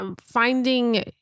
finding